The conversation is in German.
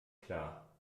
klar